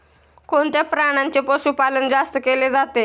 कोणत्या प्राण्याचे पशुपालन जास्त केले जाते?